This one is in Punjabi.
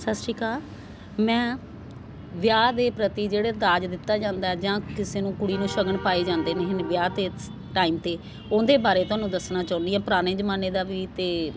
ਸਤਿ ਸ਼੍ਰੀ ਅਕਾਲ ਮੈਂ ਵਿਆਹ ਦੇ ਪ੍ਰਤੀ ਜਿਹੜੇ ਦਾਜ ਦਿੱਤਾ ਜਾਂਦਾ ਜਾਂ ਕਿਸੇ ਨੂੰ ਕੁੜੀ ਨੂੰ ਸ਼ਗਨ ਪਾਏ ਜਾਂਦੇ ਨੇ ਵਿਆਹ 'ਤੇ ਸ ਟਾਈਮ 'ਤੇ ਉਹਦੇ ਬਾਰੇ ਤੁਹਾਨੂੰ ਦੱਸਣਾ ਚਾਹੁੰਦੀ ਹਾਂ ਪੁਰਾਣੇ ਜਮਾਨੇ ਦਾ ਵੀ ਅਤੇ